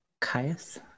Caius